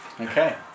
Okay